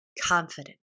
confident